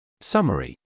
Summary